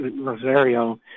Rosario